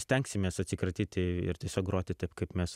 stengsimės atsikratyti ir tiesiog groti taip kaip mes